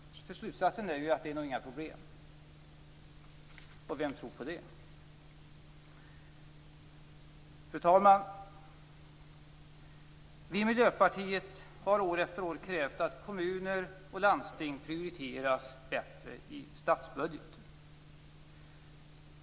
Slutsatsen är att det nog inte finns några problem. Vem tror på det? Fru talman! Vi i Miljöpartiet har år efter år krävt att kommuner och landsting skall prioriteras bättre i statsbudgeten.